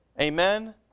Amen